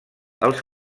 els